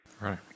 Right